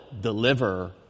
deliver